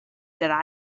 that